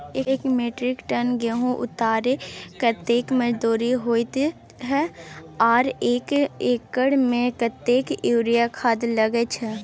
एक metric ton गेहूं उतारेके कतेक मजदूरी होय छै आर एक एकर में कतेक यूरिया खाद लागे छै?